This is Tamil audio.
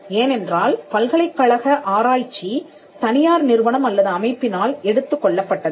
ஏனென்றால் பல்கலைக்கழக ஆராய்ச்சி தனியார் நிறுவனம் அல்லது அமைப்பினால் எடுத்துக் கொள்ளப்பட்டது